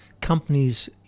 companies